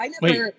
wait